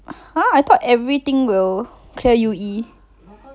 !huh! I thought everything will clear U_E